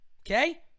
Okay